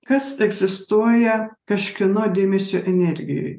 kas egzistuoja kažkieno dėmesio energijoj